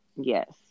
Yes